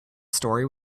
story